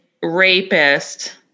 Rapist